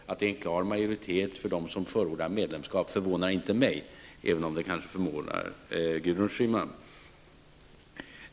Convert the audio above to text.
Att en klar majoritet förordar medlemskap förvånar inte mig, även om det kanske förvånar Gudrun Schyman.